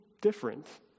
different